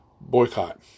boycott